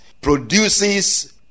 produces